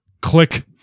Click